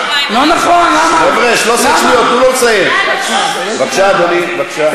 אני רוצה להגיד לך,